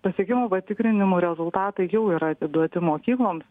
pasiekimų patikrinimų rezultatai jau yra atiduoti mokykloms